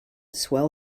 swell